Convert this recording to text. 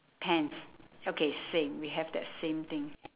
pants okay same we have that same thing